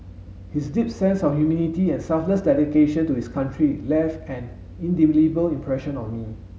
his deep sense of humility and selfless dedication to his country left an indelible impression on me